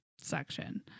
section